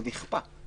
זה נכפה,